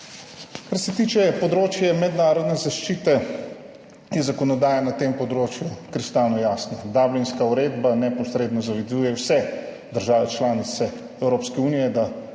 Kar se tiče področja mednarodne zaščite, je zakonodaja na tem področju kristalno jasna. Dublinska uredba neposredno zavezuje vse države članice Evropske unije, da